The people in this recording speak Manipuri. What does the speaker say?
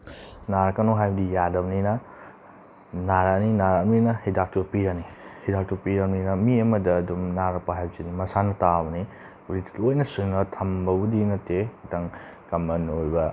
ꯅꯥꯔꯛꯀꯅꯣ ꯍꯥꯏꯕꯗꯤ ꯌꯥꯗꯕꯅꯤꯅ ꯅꯥꯔꯛꯑꯅꯤ ꯅꯥꯔꯛꯑꯕꯅꯤꯅ ꯍꯤꯗꯥꯛꯇꯨ ꯄꯤꯔꯅꯤ ꯍꯤꯗꯥꯛꯇꯨ ꯄꯤꯔꯕꯅꯤꯅ ꯃꯤ ꯑꯃꯗ ꯑꯗꯨꯝ ꯅꯥꯔꯛꯄ ꯍꯥꯏꯕꯁꯦ ꯁꯤꯗꯤ ꯃꯁꯥꯅ ꯇꯥꯕꯅꯤ ꯍꯧꯖꯤꯛꯇꯤ ꯂꯣꯏꯅ ꯁꯨꯅ ꯊꯝꯕꯕꯨꯗꯤ ꯅꯠꯇꯦ ꯈꯤꯇꯪ ꯀꯃꯟ ꯑꯣꯏꯕ